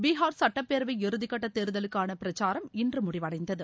பீஹார் சுட்டப்பேரவை இறுதிக்கட்டதேர்தலுக்கானபிரச்சாரம் இன்றுமுடிவடைந்தது